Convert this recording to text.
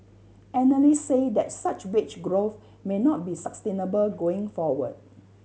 analysts said that such wage growth may not be sustainable going forward